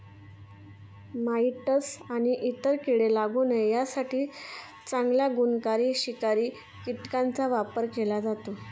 mites आणि इतर कीडे लागू नये यासाठी चांगल्या गुणकारी शिकारी कीटकांचा वापर केला जातो